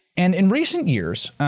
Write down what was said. and in recent years,